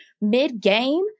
mid-game